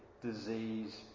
disease